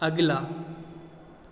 अगिला